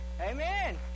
Amen